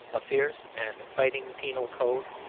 a fierce and fighting penal code,